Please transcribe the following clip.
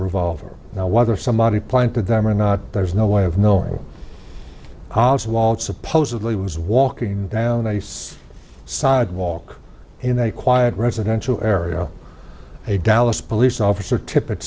revolver now whether somebody planted them or not there's no way of knowing walt supposedly was walking down a sidewalk in a quiet residential area a dallas police officer tippit